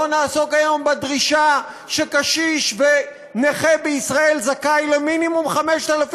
לא נעסוק היום בדרישה שקשיש נכה בישראל זכאי למינימום 5,000